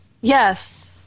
Yes